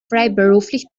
freiberuflich